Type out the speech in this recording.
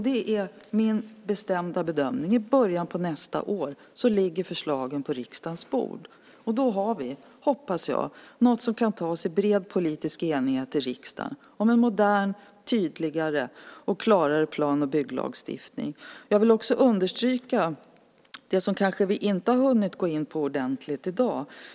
Det är min bestämda bedömning att i början på nästa år ligger förslagen på riksdagens bord. Och då har vi, hoppas jag, något som kan tas i bred politisk enighet i riksdagen om en modern, tydligare och klarare plan och bygglagstiftning. Jag vill också understryka det som vi kanske inte har hunnit gå in på ordentligt i dag.